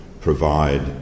provide